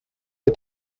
est